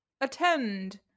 attend